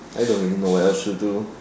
I don't really know what I should do